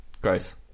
gross